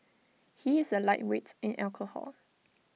he is A lightweight in alcohol